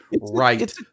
right